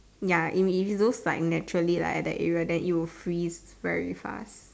ya it it's those naturally like at that area then it will freeze very fast